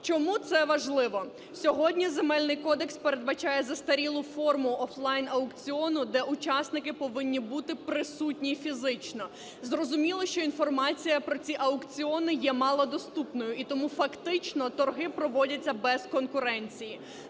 Чому це важливо? Сьогодні Земельний кодекс передбачає застарілу форму офлайн-аукціону, де учасники повинні бути присутні фізично. Зрозуміло, що інформація про ці аукціони є мало доступною, і тому, фактично, торги проводяться без конкуренції,